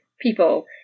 people